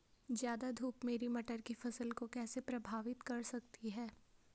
ज़्यादा धूप मेरी मटर की फसल को कैसे प्रभावित कर सकती है?